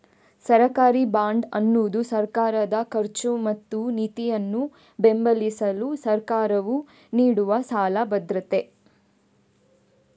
ಸರ್ಕಾರಿ ಬಾಂಡ್ ಅನ್ನುದು ಸರ್ಕಾರದ ಖರ್ಚು ಮತ್ತು ನೀತಿಯನ್ನ ಬೆಂಬಲಿಸಲು ಸರ್ಕಾರವು ನೀಡುವ ಸಾಲ ಭದ್ರತೆ